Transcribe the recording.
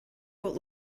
what